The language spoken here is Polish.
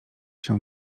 się